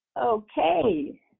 Okay